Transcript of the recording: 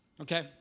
okay